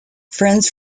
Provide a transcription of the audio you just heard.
friends